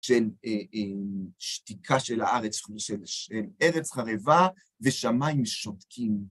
של שתיקה של הארץ, של ארץ חרבה ושמיים שותקים.